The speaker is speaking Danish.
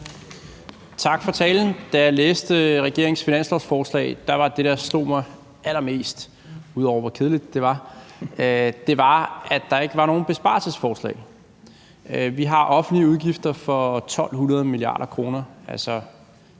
Tak for talen. Da jeg læste regeringens finanslovsforslag, var det, der slog mig allermest, ud over hvor kedeligt det var, at der ikke var nogen besparelsesforslag. Vi har offentlige udgifter for 1.200 mia. kr.,